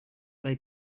they